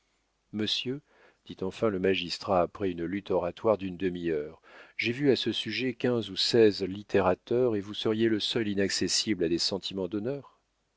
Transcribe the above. monsieur dit enfin le magistrat après une lutte oratoire d'une demi-heure j'ai vu à ce sujet quinze ou seize littérateurs et vous seriez le seul inaccessible à des sentiments d'honneur